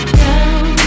down